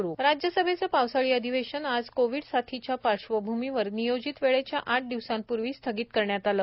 परकीय अंशदान विधेयक राज्यसभेच पावसाळी अधिवेशन आज कोविड साथीच्या पार्श्वभूमीवर नियोजित वेळेच्या आठ दिवसांपूर्वी स्थगित करण्यात आले